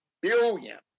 billion